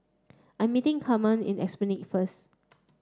I'm meeting Kamren in Esplanade first